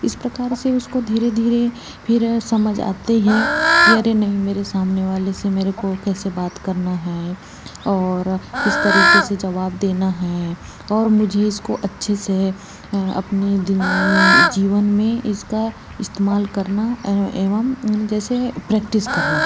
इस प्रकार से उसको धीरे धीरे फिर समझ आते हैं कि अरे नहीं मेरे सामने वाले से मेरे को कैसे बात करना है और किस तरीके से जवाब देना हैं और मुझे इसको अच्छे से अपनी दिन जीवन में इसका इस्तेमाल करना एवम जैसे प्रेक्टिस करना